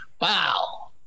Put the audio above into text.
Wow